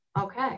Okay